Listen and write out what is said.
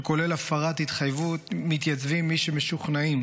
שכולל הפרת התחייבות מתייצבים מי שמשוכנעים